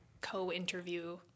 co-interview